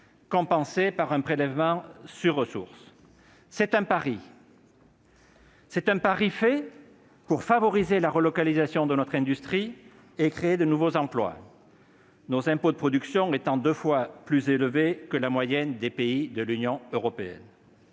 compensés par un prélèvement sur ressources. C'est un pari pour favoriser la relocalisation de notre industrie et créer de nouveaux emplois, nos impôts de production étant deux fois plus élevés que la moyenne observée dans les pays de l'Union européenne.